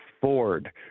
Ford